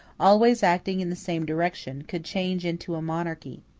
always acting in the same direction, could change into a monarchy.